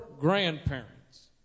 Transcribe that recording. grandparents